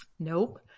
Nope